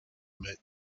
met